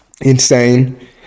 Insane